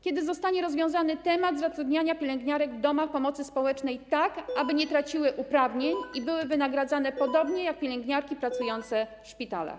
Kiedy zostanie rozwiązana sprawa zatrudniania pielęgniarek w domach pomocy społecznej tak, aby nie traciły uprawnień i były wynagradzane podobnie jak pielęgniarki pracujące w szpitalach.